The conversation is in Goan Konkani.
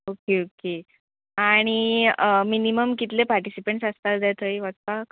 ओके ओके आनी मिनीमम कितले पार्टिसिपंट्स आसपाक जाय थंय वचपाक